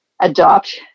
adopt